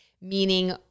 meaning